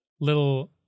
Little